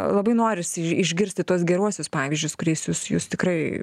labai norisi išgirsti tuos geruosius pavyzdžius kuriais jūs jūs tikrai